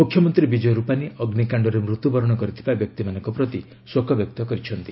ମୁଖ୍ୟମନ୍ତ୍ରୀ ବିଜୟ ରୁପାନୀ ଅଗ୍ନିକାଶ୍ଡରେ ମୃତ୍ୟୁବରଣ କରିଥିବା ବ୍ୟକ୍ତିମାନଙ୍କ ପ୍ରତି ଶୋକ ବ୍ୟକ୍ତ କରିଛନ୍ତି